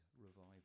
revival